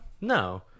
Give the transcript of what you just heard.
No